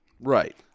Right